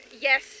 yes